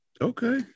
okay